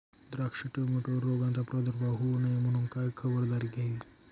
द्राक्ष, टोमॅटोवर रोगाचा प्रादुर्भाव होऊ नये म्हणून काय खबरदारी घ्यावी?